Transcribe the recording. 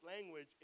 language